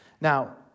Now